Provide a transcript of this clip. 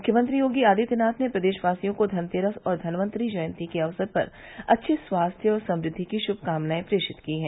मुख्यमंत्री योगी आदित्यनाथ ने प्रदेश वासियों को धनतेरस और धनवंतरी जयंती के अवसर पर अच्छे स्वास्थ्य और समृद्धि की शुभकामनाएं प्रेषित की है